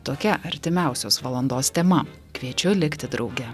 tokia artimiausios valandos tema kviečiu likti drauge